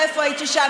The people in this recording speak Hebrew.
איפה היית שם.